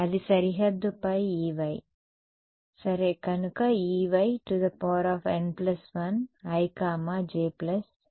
అది సరిహద్దు పై Ey సరే కనుక E yn1 i j 12